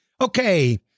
Okay